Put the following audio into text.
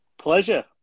Pleasure